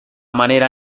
manera